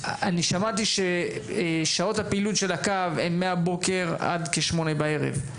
שמעתי ששעות הפעילות של הקו הן מהבוקר עד 8 בערב.